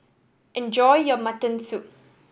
enjoy your mutton soup